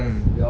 mm